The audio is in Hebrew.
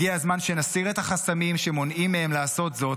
הגיע הזמן שנסיר את החסמים שמונעים מהם לעשות זאת,